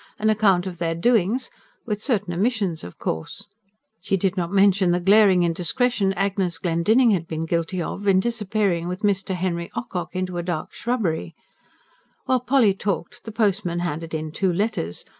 an account of their doings with certain omissions, of course she did not mention the glaring indiscretion agnes glendinning had been guilty of, in disappearing with mr. henry ocock into a dark shrubbery while polly talked, the postman handed in two letters,